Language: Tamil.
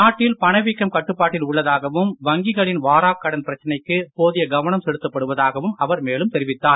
நாட்டில் பணவீக்கம் கட்டுப்பாட்டில் உள்ளதாகவும் வங்கிகளின் வாராக் கடன் பிரச்சினைக்கு போதிய கவனம் செலுத்தப்படுவதாகவும் அவர் மேலும் தெரிவித்தார்